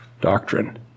doctrine